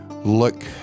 look